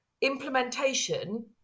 implementation